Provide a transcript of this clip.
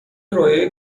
رویای